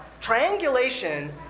Triangulation